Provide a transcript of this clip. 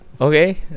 okay